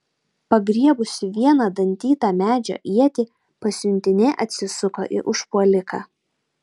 pagriebusi vieną dantytą medžio ietį pasiuntinė atsisuko į užpuoliką